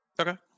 Okay